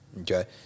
okay